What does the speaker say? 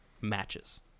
matches